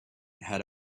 had